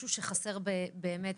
משהו שחסר באמת?